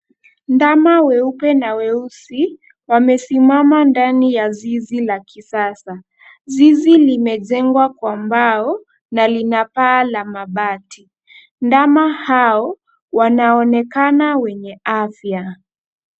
Ndama weupe na weusi wamesimama ndani ya zizi la kisasa. Zizi limejengwa kwa mbao na lina paa la mabati. Ndama hao wanaonekana wenye afya.